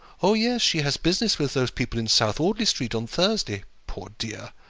oh, yes she has business with those people in south audley street on thursday. poor dear!